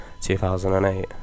2008